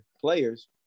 players